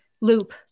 loop